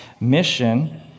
mission